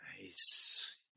Nice